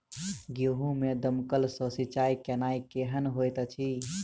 गेंहूँ मे दमकल सँ सिंचाई केनाइ केहन होइत अछि?